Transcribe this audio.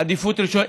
עדיפות ראשונה,